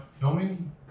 Filming